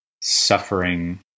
suffering